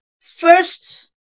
first